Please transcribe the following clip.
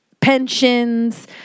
Pensions